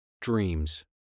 Dreams